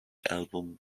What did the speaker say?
album